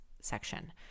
section